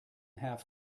have